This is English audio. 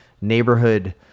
neighborhood